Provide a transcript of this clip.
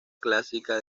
clásica